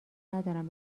ندارم